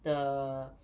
the